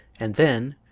and then,